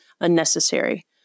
unnecessary